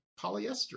polyester